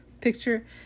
Picture